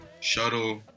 shuttle